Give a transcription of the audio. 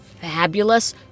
fabulous